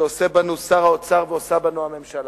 שעושה בנו שר האוצר ועושה בנו הממשלה.